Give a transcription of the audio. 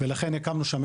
ולכן הקמנו שם,